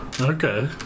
Okay